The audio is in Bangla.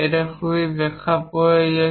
এটি খুব বেখাপ্পা হয়ে যায়